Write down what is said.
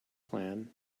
plan